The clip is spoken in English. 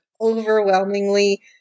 overwhelmingly